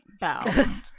bow